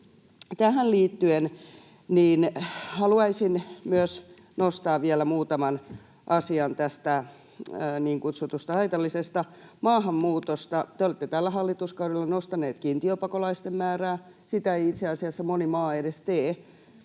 tähän liittyen haluaisin myös nostaa vielä muutaman asian tästä niin kutsutusta haitallisesta maahanmuutosta. Te olette tällä hallituskaudella nostaneet kiintiöpakolaisten määrää. Sitä ei itse asiassa moni maa edes tee,